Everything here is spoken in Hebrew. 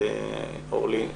אורלי,